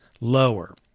lower